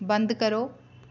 बंद करो